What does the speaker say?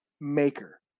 Maker